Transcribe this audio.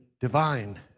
divine